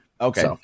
Okay